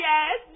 Yes